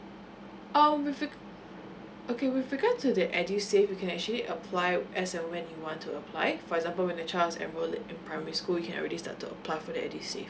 oh with regards okay with regards to the edusave you can actually apply as in when you want to apply for example when the child is enrolled in primary school you already start to apply for the edusave